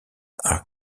are